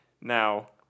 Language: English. Now